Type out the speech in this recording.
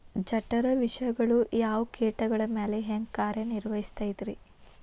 ಜಠರ ವಿಷಗಳು ಯಾವ ಕೇಟಗಳ ಮ್ಯಾಲೆ ಹ್ಯಾಂಗ ಕಾರ್ಯ ನಿರ್ವಹಿಸತೈತ್ರಿ?